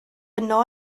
yno